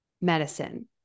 medicine